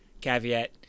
caveat